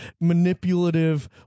manipulative